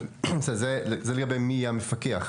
זה לגבי מי יהיה המפקח,